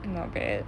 not bad